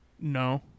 No